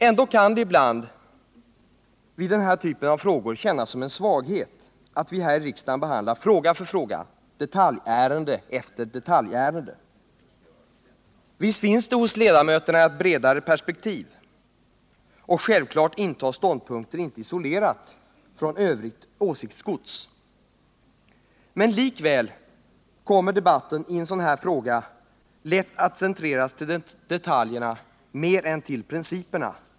Ändå kan det ibland vid den här typen av frågor kännas som en svaghet att vi i riksdagen behandlar fråga för fråga, detaljärende efter detaljärende. Visst finns det hos ledamöterna ett bredare perspektiv, och självklart intas ståndpunkter inte isolerat från det övriga åsiktsgodset. Likväl kommer debatten i en sådan här fråga lätt att centreras till detaljerna mera än till principerna.